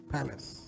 Palace